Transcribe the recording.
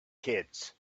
kids